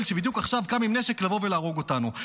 שבדיוק עכשיו קם עם נשק לבוא ולהרוג אותנו,